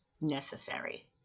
necessary